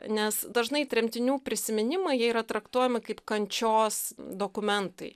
nes dažnai tremtinių prisiminimai jie yra traktuojami kaip kančios dokumentai